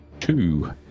two